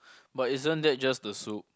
but isn't that just the soup